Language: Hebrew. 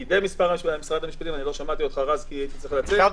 ופקידי משרד המשפטים לא שמעתי אותך רז כי נאלצתי לצאת